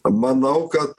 manau kad